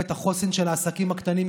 ואת החוסן של העסקים הקטנים,